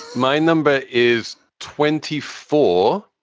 my number is twenty four,